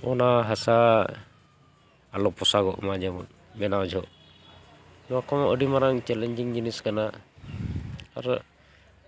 ᱚᱱᱟ ᱦᱟᱥᱟ ᱟᱞᱚ ᱯᱳᱥᱟᱜᱚᱜ ᱢᱟ ᱡᱮᱢᱚᱱ ᱵᱮᱱᱟᱣ ᱡᱚᱠᱷᱚᱱ ᱱᱚᱣᱟ ᱠᱚᱦᱚᱸ ᱟᱹᱰᱤ ᱢᱟᱨᱟᱝ ᱪᱮᱞᱮᱧᱡᱤᱝ ᱡᱤᱱᱤᱥ ᱠᱟᱱᱟ ᱟᱨ